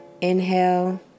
Inhale